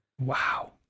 Wow